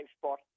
spot